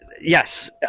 yes